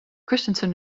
christensen